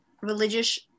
Religious